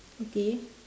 okay